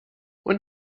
und